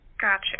Gotcha